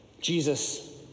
Jesus